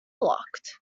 locked